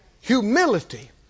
Humility